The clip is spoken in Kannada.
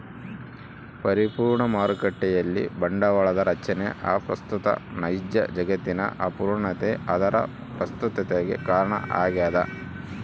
ಪರಿಪೂರ್ಣ ಮಾರುಕಟ್ಟೆಯಲ್ಲಿ ಬಂಡವಾಳದ ರಚನೆ ಅಪ್ರಸ್ತುತ ನೈಜ ಜಗತ್ತಿನ ಅಪೂರ್ಣತೆ ಅದರ ಪ್ರಸ್ತುತತಿಗೆ ಕಾರಣ ಆಗ್ಯದ